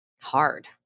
hard